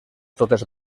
totes